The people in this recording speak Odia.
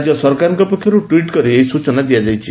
ରାଜ୍ୟ ସରକାରଙ୍କ ପକ୍ଷରୁ ଟ୍ୱିଟ କରି ଏହି ସୂଚନା ଦିଆଯାଇଛି